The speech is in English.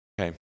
okay